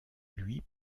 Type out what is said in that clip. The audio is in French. lui